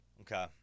Okay